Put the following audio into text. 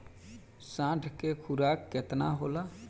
साँढ़ के खुराक केतना होला?